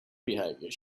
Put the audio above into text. behaviour